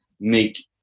make